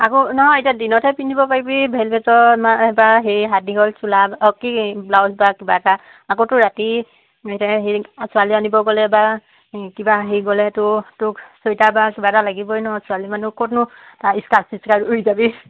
আকৌ নহয় এতিয়া দিনতহে পিন্ধিব পাৰিবি ভেলভেটৰ ম বা হেৰি হাত দীঘল চোলা অ কি ব্লাউজ বা কিবা এটা আকৌতো ৰাতি এতিয়া হেৰি ছোৱালী আনিব গ'লে বা কিবা হেৰি গ'লে তো তোক চুুৱেটাৰ বা কিবা এটা লাগিবই ন ছোৱালী মানুহ ক'তনো স্কাৰ্ফ চিস্কাৰ্ফ উৰি যাবি